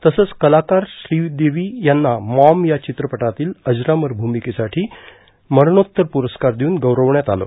तसंच कलाकार श्रीदेवी यांना मॉम या चित्रटातील अजरामर भूमिकेसाठी मरणोत्तर प्रस्कार देऊन गौरवण्यात आलं